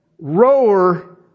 rower